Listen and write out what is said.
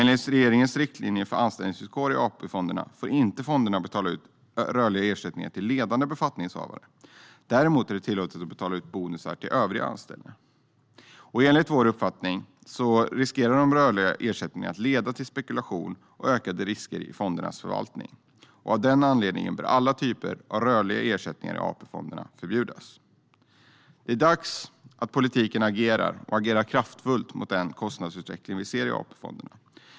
Enligt regeringens riktlinjer fo ̈r ansta ̈llningsvillkor i AP-fonderna fa°r fonderna inte betala ut ro ̈rliga ersa ̈ttningar till ledande befattningshavare. Da ̈remot a ̈r det tilla°tet att betala ut bonusar till o ̈vriga ansta ̈llda. Enligt Va ̈nsterpartiets uppfattning riskerar ro ̈rliga ersa ̈ttningar att leda till spekulation och o ̈kade risker i fondernas förvaltning. Av den anledningen bo ̈r alla typer av ro ̈rliga ersa ̈ttningar i AP-fonderna fo ̈rbjudas. Det är dags att politiken agerar kraftfullt mot kostnadsutvecklingen i AP-fonderna.